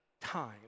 time